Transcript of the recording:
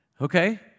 Okay